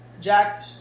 Jack